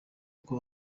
aho